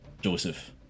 Joseph